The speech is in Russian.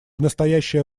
настоящее